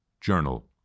journal